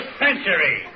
century